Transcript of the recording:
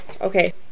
okay